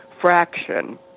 fraction